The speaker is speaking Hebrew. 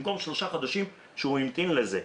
במקום שלושה חודשים שהוא המתין לזה.